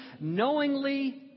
knowingly